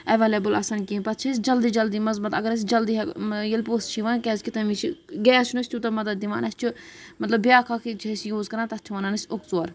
available آسان کِہینۍ پَتہٕ چھِ أسۍ جلدی جلدی منٛز بَناوان اَگر أسۍ جلدی منٛز ییٚلہِ پوٚھ چھُ یِوان کیازِ کہِ تَمہِ وِزِ چھِ گیس چھُنہٕ اَسہِ توٗتاہ مدد دِوان کیازِ کہِ اَسہِ چھُ مطلب بیاکھ اَکھ چھِ أسۍ یوٗز کران تَتھ چھِ وَنان أسۍ اوٚکژور